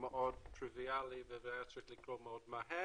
מאוד טריוויאלי ושהיה צריך לקרות מאוד מהר.